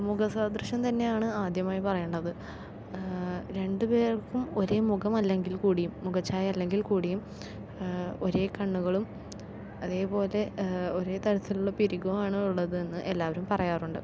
മുഖ സാദൃശ്യം തന്നെയാണ് ആദ്യമായി പറയേണ്ടത് രണ്ടു പേർക്കും ഒരേ മുഖമല്ലെങ്കിൽ കൂടിയും മുഖഛായ അല്ലെങ്കിൽ കൂടിയും ഒരേ കണ്ണുകളും അതേ പോലെ ഒരേ തരത്തിലുള്ള പിരികവുവാണ് ഉള്ളതെന്ന് എല്ലാവരും പറയാറുണ്ട്